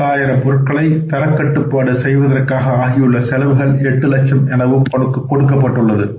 பத்தாயிரம் பொருட்களை தரக்கட்டுப்பாடு செய்வதற்காக ஆகியுள்ள செலவு எட்டு லட்சம் எனவும் கொடுக்கப்பட்டுள்ளது